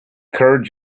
third